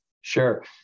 Sure